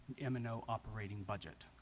m and o operating budget